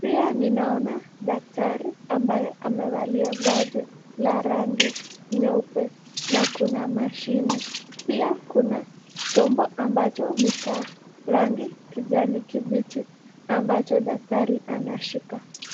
pia ninaona daktari ambaye amevalia vazi la rangi nyeupe na kuna mashine. Pia kuna chombo ambacho ni cha rangi kijani kibichi ambacho daktari anashika.